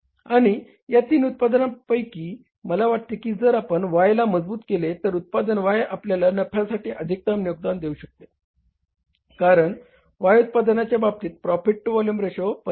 आणि या तीन उत्पादनांपैकी मला वाटते की जर आपण Y ला मजबूत केले तर उत्पादन Y आपल्याला नफ्यासाठी अधिकतम योगदान देऊ शकते कारण Y उत्पादनाच्या बाबतीत प्रॉफिट टु व्हॉल्युम रेशो 55